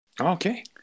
Okay